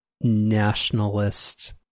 nationalist